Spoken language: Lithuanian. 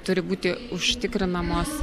turi būti užtikrinamos